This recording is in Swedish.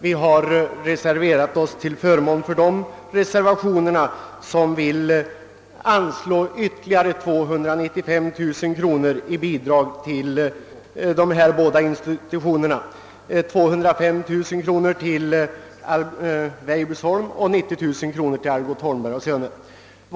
I reservationen yrkas på ytterligare 295 000 kronor i bidrag till dessa båda institutioner — 205 000 kronor till Weibulisholm och 90 0009 kronor till Algot Holmberg och Söner.